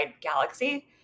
galaxy